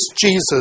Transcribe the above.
Jesus